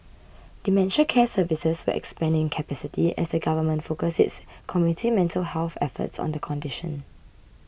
dementia care services will expand in capacity as the Government focuses its community mental health efforts on the condition